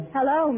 Hello